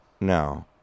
no